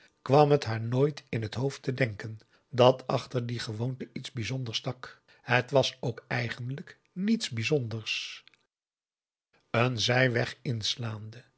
kwam het haar nooit in het hoofd te denken dat achter die gewoonte iets bijzonders stak het was ook eigenlijk niets bijzonders een zijweg inslaande